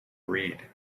read